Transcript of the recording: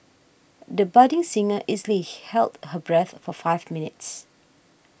the budding singer easily held her breath for five minutes